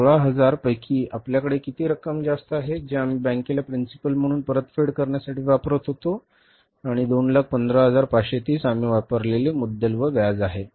216000 पैकी आपल्याकडे किती रक्कम जास्त आहे जे आम्ही बँकेला प्रिन्सिपल म्हणून परतफेड करण्यासाठी वापरत होतो आणि 215530 आम्ही वापरलेले मुद्दल व व्याज आहे